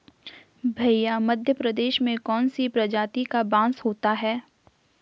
भैया मध्य प्रदेश में कौन सी प्रजाति का बांस होता है?